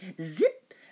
zip